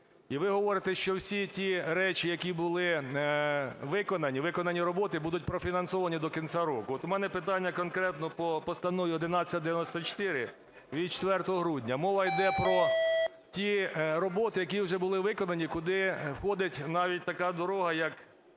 ви говорите, що всі ті речі, які були виконані, виконані роботи, будуть профінансовані до кінця року. От у мене питання конкретно по Постанові 1194 від 4 грудня. Мова йде про ті роботи, які вже були виконані, куди входить навіть така дорога, як